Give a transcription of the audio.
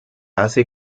hace